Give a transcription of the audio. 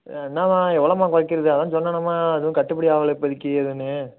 என்னாம்மா எவ்வளோம்மா குறைக்கிறது அதுதான் சொன்னேன்னம்மா எதுவும் கட்டுப்படி ஆகல இப்போதிக்கி எதுவுமே